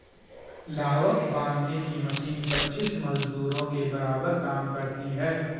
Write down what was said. लावक बांधने की मशीन पच्चीस मजदूरों के बराबर काम करती है